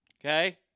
Okay